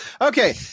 Okay